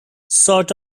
sort